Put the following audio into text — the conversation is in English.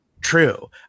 true